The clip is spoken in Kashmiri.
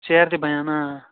ژیرٕ تہِ بنَن